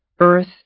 earth